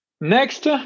next